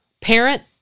Parent